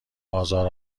آزار